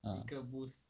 ah